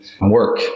work